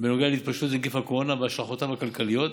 בנוגע להתפשטות נגיף הקורונה והשלכותיו הכלכליות,